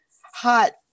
hot